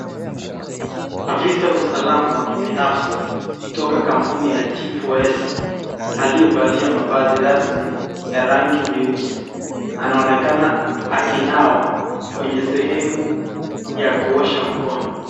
Afisa wa usalama ya kibinafsi kutoka kampuni ya G4s aliyevalia mavazi rasmi ya rangi nyeusi anaonekana akinawa kwenye sehemu ya kuosha mkono.